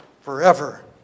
forever